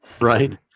right